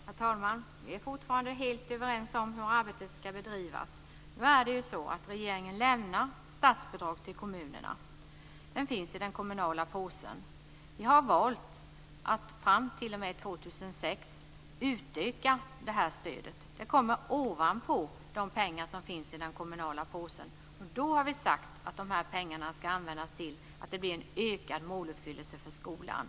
Herr talman! Vi är fortfarande helt överens om hur arbetet ska bedrivas. Regeringen lämnar statsbidrag till kommunerna. Detta finns i den kommunala påsen. Vi har valt att fram till 2006 utöka detta stöd. Det kommer ovanpå de pengar som finns i den kommunala påsen. Och då har vi sagt att dessa pengar ska användas till en ökad måluppfyllelse för skolan.